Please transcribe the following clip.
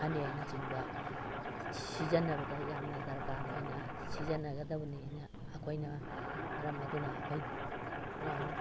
ꯐꯅꯦꯛꯅ ꯆꯤꯡꯕ ꯁꯤꯖꯤꯟꯅꯕꯗ ꯌꯥꯝꯅ ꯗꯔꯀꯥꯔ ꯑꯣꯏꯅ ꯁꯤꯖꯤꯟꯅꯒꯗꯕꯅꯦꯅ ꯑꯩꯈꯣꯏꯅ ꯃꯔꯝ ꯑꯗꯨꯅ ꯑꯩꯈꯣꯏꯅ